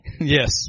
Yes